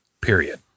period